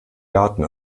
garten